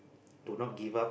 do not give up